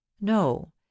no